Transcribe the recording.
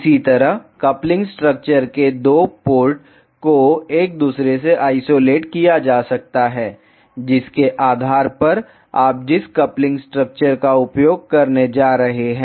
इसी तरह coupling structure के 2 पोर्ट को एक दूसरे से आइसोलेट किया जा सकता है जिसके आधार पर आप जिस कपलिंग स्ट्रक्चर का उपयोग करने जा रहे हैं